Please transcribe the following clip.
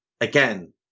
again